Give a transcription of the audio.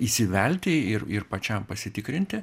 įsivelti ir ir pačiam pasitikrinti